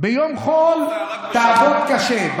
ביום חול תעבוד קשה.